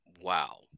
Wow